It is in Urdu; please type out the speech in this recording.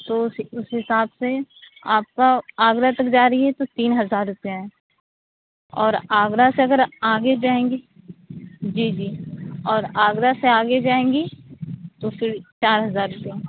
تو اُس اُس حساب سے آپ کا آگرہ تک جا رہی ہیں تو تین ہزار روپیہ ہے اور آگرہ سے اگر آگے جائیں گی جی جی اور آگرہ سے آگے جائیں گی تو پھر چار ہزار روپیہ